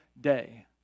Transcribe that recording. day